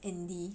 Andy